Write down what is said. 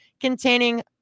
Containing